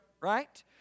Right